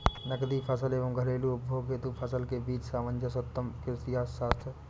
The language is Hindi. नकदी फसल एवं घरेलू उपभोग हेतु फसल के बीच सामंजस्य उत्तम कृषि अर्थशास्त्र है